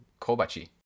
Kobachi